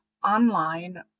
online